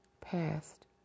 passed